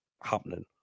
happening